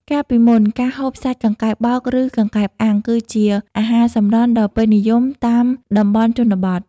កាលពីមុន ការហូបសាច់កង្កែបបោក ឬកង្កែបអាំង គឺជាអាហារសម្រន់ដ៏ពេញនិយមតាមតំបន់ជនបទ។